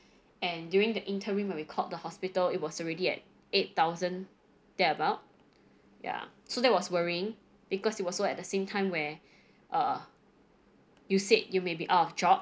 and during the interview when we called the hospital it was already at eight thousand thereabout ya so that was worrying because it was also at the same time where uh you said you may be out of job